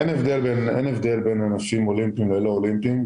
אין הבדל בין ענפים אולימפיים ללא אולימפיים,